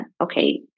okay